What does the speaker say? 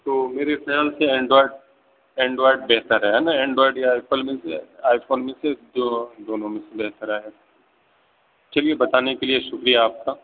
تو میرے خیال سے اینڈرائڈ اینڈرائڈ بہتر ہے ہے نا اینڈرائڈ یا ایپل میں سے آئی فون میں سے جو دونوں میں سے بہتر ہے چلیے بتانے کے لیے شکریہ آپ کا